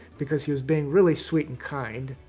because he was being really sweet and kind.